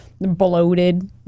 bloated